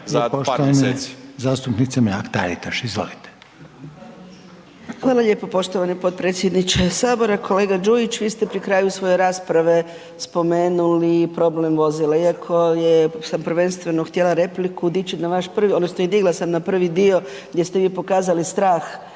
na 12 mjeseci.